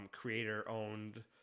creator-owned